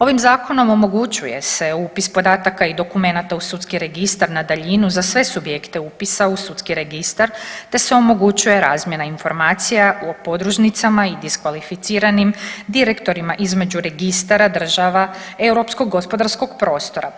Ovim zakonom omogućuje se upis podataka i dokumenata u sudski registar na daljinu za sve subjekte upisa u sudski registar, te se omogućuje razmjena informacija u podružnicama i diskvalificiranim direktorima između registara država europskog gospodarskog prostora.